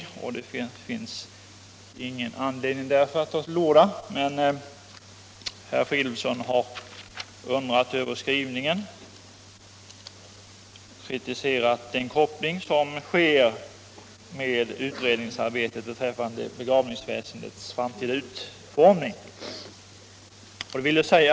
Det borde därför inte finnas någon anledning för mig att ta till orda, men herr Fridolfsson har undrat över skrivningen och kritiserat den koppling som görs med utredningsarbetet om begravningsväsendets framtida utformning.